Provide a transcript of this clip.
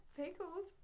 pickles